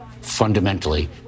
fundamentally